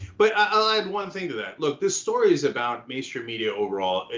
but i'll add one thing to that. look this story is about mainstream media overall.